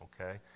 okay